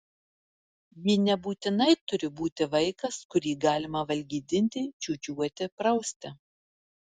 ji nebūtinai turi būti vaikas kurį galima valgydinti čiūčiuoti prausti